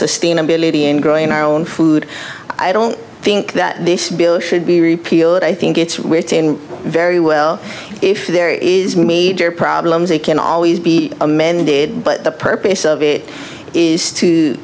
sustainability in growing our own food i don't think that this bill should be repealed i think it's very well if there is major problems it can always be amended but the purpose of it is to